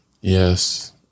Yes